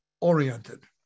oriented